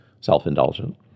self-indulgent